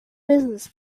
business